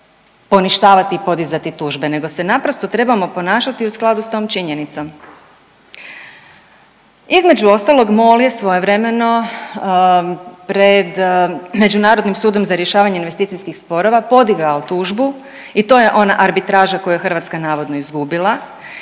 poništavati i podizati tužbe nego se naprosto trebamo ponašati u skladu s tom činjenicom. Između ostalog Mol je svojevremeno pred Međunarodnim sudom za rješavanje investicijskih sporova podigao tužbu i to je ona arbitraža koju je Hrvatska navodno izgubila